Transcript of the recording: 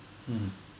mm